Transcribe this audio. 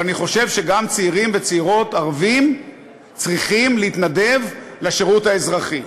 אבל אני חושב שגם צעירים וצעירות ערבים צריכים להתנדב לשירות האזרחי,